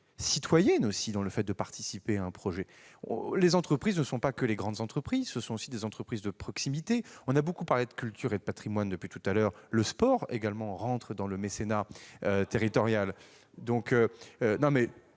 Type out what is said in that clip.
citoyenne dans le fait de participer à un projet. Les entreprises concernées ne sont pas que les grandes entreprises ; il y a aussi des entreprises de proximité. On a beaucoup parlé de culture et de patrimoine depuis tout à l'heure, mais le sport entre également dans le champ du mécénat territorial.